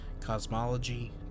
cosmology